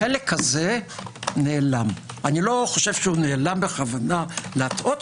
החלק הזה הוא נעלם לא בכוונה להטעות